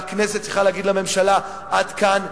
והכנסת צריכה להגיד לממשלה: עד כאן,